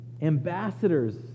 ambassadors